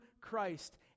Christ